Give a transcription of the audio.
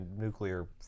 nuclear